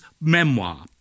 memoir